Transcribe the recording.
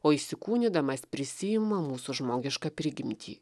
o įsikūnydamas prisiima mūsų žmogišką prigimtį